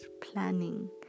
planning